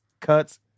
cuts